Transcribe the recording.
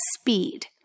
speed